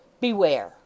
beware